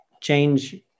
change